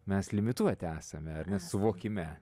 mes limituoti esame ar ne suvokime